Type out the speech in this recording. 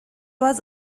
was